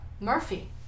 Murphy